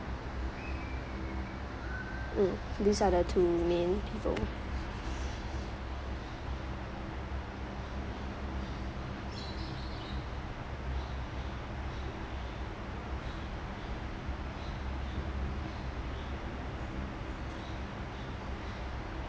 mm these are the two main people